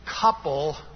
couple